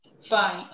Fine